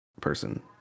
Person